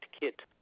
kit